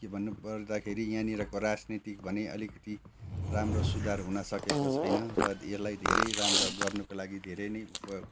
के भन्नु पर्दाखेरि यहाँनेरको राजनीति भने अलिकति राम्रो सुधार हुन सकेको छैन र यसलाई धेरै राम्रो गर्नुको लागि धेरै नै उपयोग